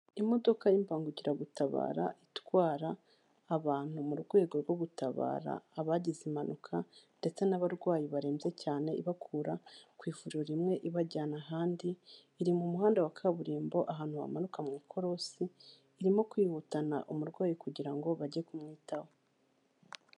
Imodoka y'imbangukiragutabara, itwara abantu mu rwego rwo gutabara abagize impanuka ndetse n'abarwayi barembye cyane, ibakura ku ivuriro rimwe ibajyana ahandi, iri mu muhanda wa kaburimbo ahantu hamanuka mu ikorosi, irimo kwihutana umurwayi kugira ngo bajye kumwitaho.